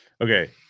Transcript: Okay